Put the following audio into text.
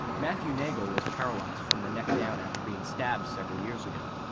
matthew nagle was paralysed from the neck down after being stabbed several years ago,